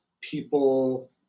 people